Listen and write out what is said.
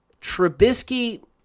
Trubisky